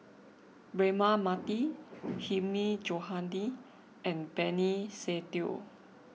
Braema Mathi Hilmi Johandi and Benny Se Teo